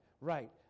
Right